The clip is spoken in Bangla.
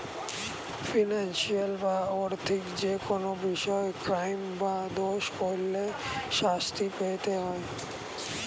ফিনান্সিয়াল বা আর্থিক যেকোনো বিষয়ে ক্রাইম বা দোষ করলে শাস্তি পেতে হয়